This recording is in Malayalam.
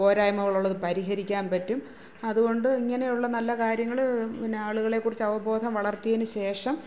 പോരായ്മകളുള്ളത് പരിഹരിക്കാന് പറ്റും അതുകൊണ്ട് ഇങ്ങനെയുള്ള നല്ല കാര്യങ്ങള് പിന്ന ആളുകളെ കുറിച്ച് അവബോധം വളർത്തിയതിനു ശേഷം